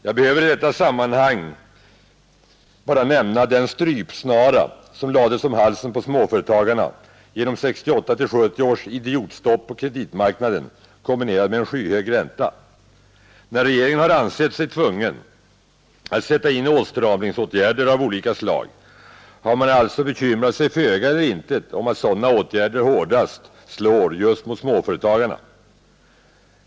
Jag behöver i detta sammanhang bara nämna den strypsnara som lades om halsen på småföretagarna genom 1968-1970 års idiotstopp på kreditmarknaden, kombinerat med en skyhög ränta. När regeringen har ansett sig tvungen att sätta in åtstramningsåtgärder av olika slag har man alltså bekymrat sig föga eller intet om att sådana åtgärder hårdast slår just mot småföretagarna.